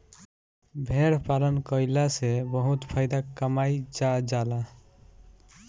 भेड़ पालन कईला से बहुत फायदा कमाईल जा जाला